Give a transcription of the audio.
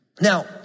Now